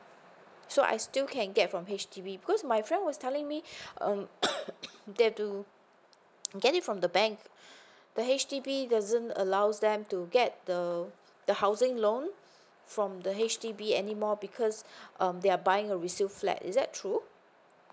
so I still can get from H_D_B because my friend was telling me um they have to get it from the bank the H_D_B doesn't allows them to get the the housing loan from the H_D_B anymore because um they're buying a resale flat is that true